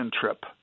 trip